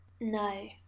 no